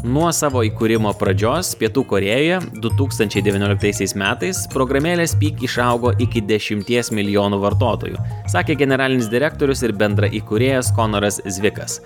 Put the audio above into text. nuo savo įkūrimo pradžios pietų korėja du tūkstančiai devynioliktaisiais metais programėlė speak išaugo iki dešimties milijonų vartotojų sakė generalinis direktorius ir bendraįkūrėjas konoras zvikas